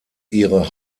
ihre